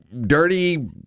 dirty